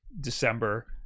december